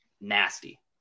nasty